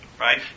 right